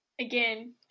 again